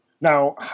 Now